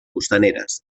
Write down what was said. costaneres